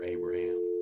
Abraham